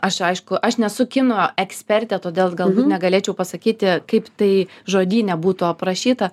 aš aišku aš nesu kino ekspertė todėl galbūt negalėčiau pasakyti kaip tai žodyne būtų aprašyta